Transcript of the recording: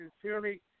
sincerely